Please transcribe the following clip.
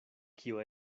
kio